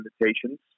invitations